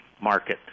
market